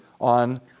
on